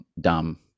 dumb